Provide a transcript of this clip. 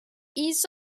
east